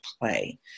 play